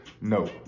No